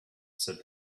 said